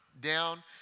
down